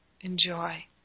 Enjoy